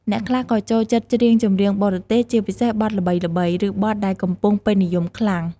អ្នកខ្លះក៏ចូលចិត្តច្រៀងចម្រៀងបរទេស ជាពិសេសបទល្បីៗ ឬបទដែលកំពុងពេញនិយមខ្លាំង។